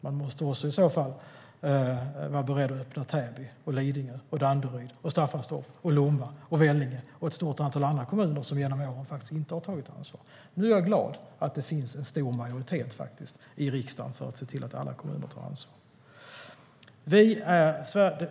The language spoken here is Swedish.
Man måste i så fall också vara beredd att öppna Täby, Lidingö, Danderyd, Staffanstorp, Lomma, Vellinge och ett stort antal andra kommuner som genom åren faktiskt inte har tagit ansvar. Jag är glad att det nu finns en stor majoritet i riksdagen för att se till att alla kommuner tar ansvar.